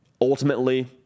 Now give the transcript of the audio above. Ultimately